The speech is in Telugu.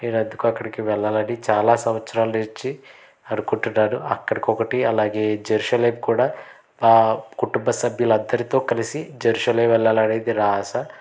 నేను అందుకు అక్కడికి వెళ్ళాలని చాలా సంవత్సరాలు నించి అనుకుంటున్నాను అక్కడికి ఒకటి అలాగే జెరూసలేం కూడా మా కుటుంబ సభ్యుల అందరితో కలిసి జెరూసలేం వెళ్ళాలనేది నా ఆశ